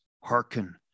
hearken